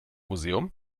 museum